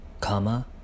comma